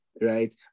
Right